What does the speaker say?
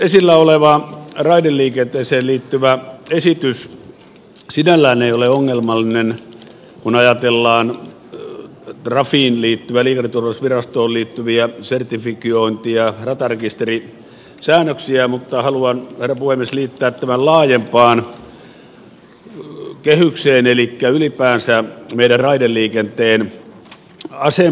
esillä oleva raideliikenteeseen liittyvä esitys sinällään ei ole ongelmallinen kun ajatellaan trafiin liittyviä liikenteen turvallisuusvirastoon liittyviä sertifiointi ja ratarekisterisäännöksiä mutta haluan herra puhemies liittää tämän laajempaan kehykseen elikkä ylipäänsä meidän raideliikenteen asemaan